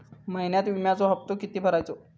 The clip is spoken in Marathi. महिन्यात विम्याचो हप्तो किती भरायचो?